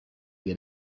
get